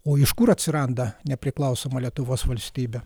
o iš kur atsiranda nepriklausoma lietuvos valstybė